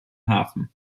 hafen